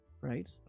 Right